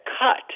cut